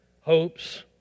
hopes